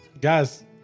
guys